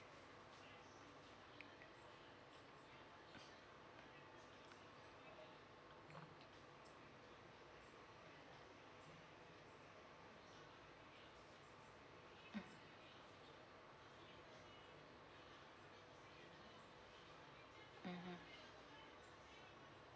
mmhmm